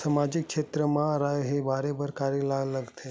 सामाजिक क्षेत्र मा रा हे बार का करे ला लग थे